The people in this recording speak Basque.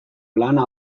lana